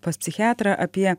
pas psichiatrą apie